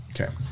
Okay